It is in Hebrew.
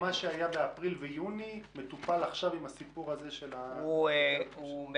מה שהיה באפריל ויוני מטופל עכשיו עם הסיפור הזה של --- הוא מטופל,